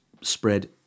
spread